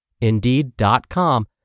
Indeed.com